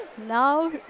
Now